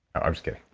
i'm just kidding.